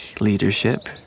leadership